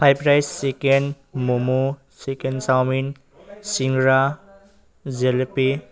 fried rice chicken momo chicken chow mein চিংৰা জেলেপী